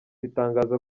itangaza